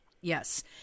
yes